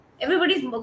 everybody's